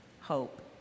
hope